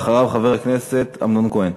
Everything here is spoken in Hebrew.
אחריו, חבר הכנסת אמנון כהן.